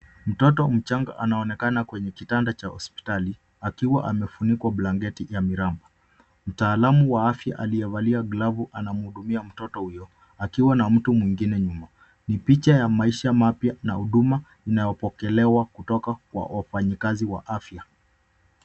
Mtoto mchanga anaonekana kwenye kitanda cha hospitali akiwa amefunikwa blanketi ya miraba. Mtaalamu wa afya aliyevalia glavu anamhudumia mtoto huyo akiwa na mtu mwingine nyuma. Ni picha ya maisha mapya na huduma inayopokelewa kutoka kwa wafanyikazi wa afya.